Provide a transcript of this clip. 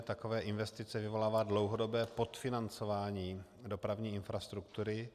Takové investice vyvolává dlouhodobé podfinancování dopravní infrastruktury.